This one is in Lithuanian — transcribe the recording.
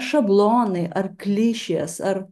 šablonai ar klišės ar